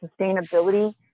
sustainability